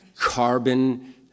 carbon